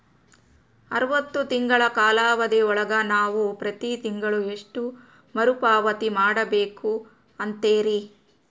ಅರವತ್ತು ತಿಂಗಳ ಕಾಲಾವಧಿ ಒಳಗ ನಾವು ಪ್ರತಿ ತಿಂಗಳು ಎಷ್ಟು ಮರುಪಾವತಿ ಮಾಡಬೇಕು ಅಂತೇರಿ?